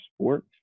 sport